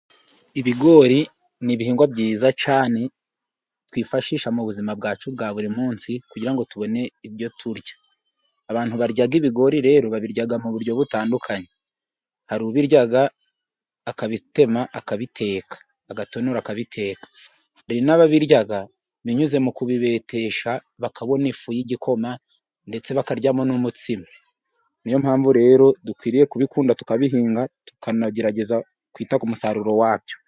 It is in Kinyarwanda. Ibigori ni ibihingwa byiza cyane, twifashisha mu buzima bwacu bwa buri munsi, kugira ngo tubone ibyo turya. Abantu barya ibigori rero, babirya mu buryo butandukanye. Hari ubirya akabitema, akabiteka. Agatonora akabiteka. Hari n'ababirya binyuze mu kubibetesha, bakabona ifu y'igikoma ndetse bakaryamo n'umutsima. Niyo mpamvu rero dukwiriye kubikunda tukabihinga, tukanagerageza kwita ku musaruro wabyo.